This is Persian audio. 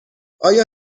آیا